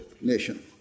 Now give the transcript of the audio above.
nation